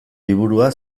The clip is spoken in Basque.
liburua